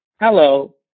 hello